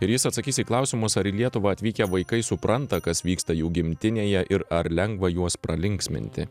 ir jis atsakys į klausimus ar į lietuvą atvykę vaikai supranta kas vyksta jų gimtinėje ir ar lengva juos pralinksminti